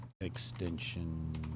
extension